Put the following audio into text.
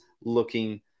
looking